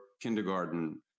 kindergarten